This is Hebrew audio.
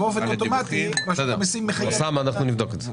אוסאמה, אנחנו נבדוק את זה.